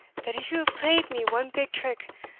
that if you have played me one big trick,